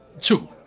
Two